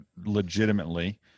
legitimately